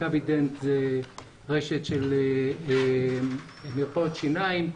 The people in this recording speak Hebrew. מכבי דנט היא רשת של מרפאות שיניים.